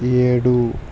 ఏడు